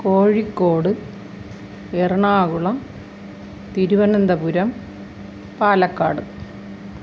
Kozhikode Ernakulam Thiruvananthapuram Palakkad